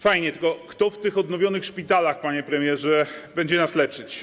Fajnie, tylko kto w tych odnowionych szpitalach, panie premierze, będzie nas leczyć?